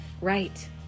Right